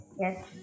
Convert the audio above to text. yes